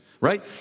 right